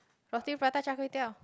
roti prata Char-Kway-Teow